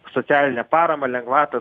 socialinę paramą lengvatą